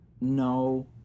No